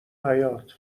حباط